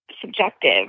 subjective